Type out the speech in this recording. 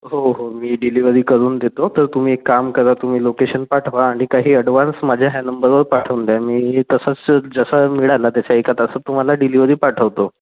हो हो मी डिलेव्हरी करून देतो तर तुम्ही एक काम करा तुम्ही लोकेशन पाठवा आणि काही ॲडव्हान्स माझ्या ह्या नंबरवर पाठवून द्या मी तसंच जसं मिळालं त्याच्या एका तासात तुम्हाला डिलेव्हरी पाठवतो